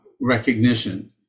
recognition